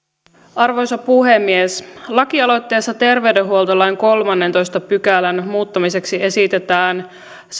arvoisa puhemies lakialoitteessa terveydenhuoltolain kolmannentoista pykälän muuttamiseksi esitetään